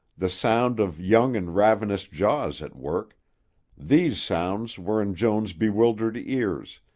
the sound of young and ravenous jaws at work these sounds were in joan's bewildered ears,